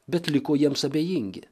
bet liko jiems abejingi